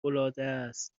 العادست